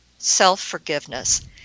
self-forgiveness